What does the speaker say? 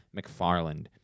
McFarland